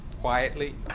quietly